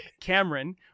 Cameron